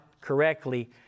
correctly